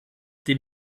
dem